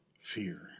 fear